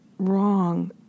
Wrong